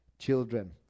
Children